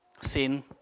Sin